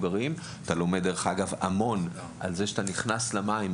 ומבוגרים ואחר כך מתקדמים להיות מדריכי צלילה ורשאים ללמד את רוב הרמות.